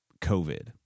covid